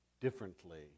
differently